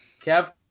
Kev